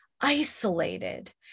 isolated